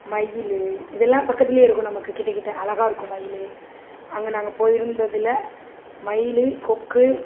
மயில் இதெல்லாம் பக்கத்தில் இருக்கும் நமக்கு கிட்டே கிட்டே அழகா இருக்கும் மயில் அங்கே நாங்கள் போயிருந்ததில் மயில் கொக்கு